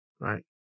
right